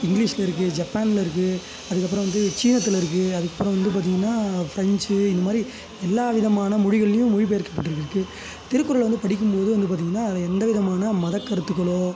இங்கிலீஷ்ல இருக்குது ஜப்பான்ல இருக்குது அதுக்கப்புறம் வந்து சீனத்தில் இருக்குது அதுக்கப்புறம் வந்து பார்த்தீங்கன்னா ஃப்ரெஞ்சு இந்த மாதிரி எல்லா விதமான மொழிகள்லேயும் மொழிபெயர்க்கப்பட்டு இருக்குது திருக்குறள் வந்து படிக்கும்போது வந்து பார்த்தீங்கன்னா அது எந்த விதமான மதக்கருத்துக்களோ